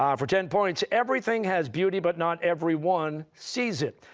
um for ten points everything has beauty, but not everyone sees it.